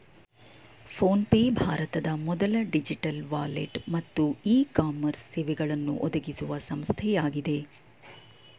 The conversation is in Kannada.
ಫೋನ್ ಪೇ ಭಾರತದ ಮೊದಲ ಡಿಜಿಟಲ್ ವಾಲೆಟ್ ಮತ್ತು ಇ ಕಾಮರ್ಸ್ ಸೇವೆಗಳನ್ನು ಒದಗಿಸುವ ಸಂಸ್ಥೆಯಾಗಿದೆ